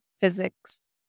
physics